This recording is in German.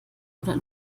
oder